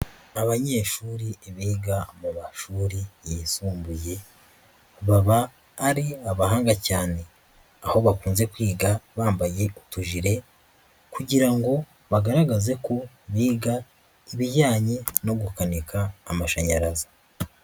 Abanyeshuri biga mu mashuri yisumbuye baba ari abahanga cyane, aho bakunze kwiga bambaye utujire kugira ngo bagaragaze ko biga ibijyanye no gukanika amashanyarazi.